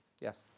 Yes